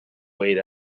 wait